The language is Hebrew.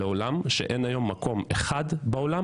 אין היום מקום אחד בעולם,